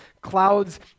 clouds